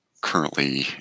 currently